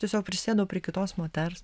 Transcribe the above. tiesiog prisėdau prie kitos moters